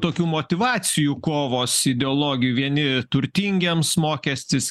tokių motyvacijų kovos ideologijų vieni turtingiems mokestis